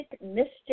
mystic